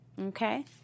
Okay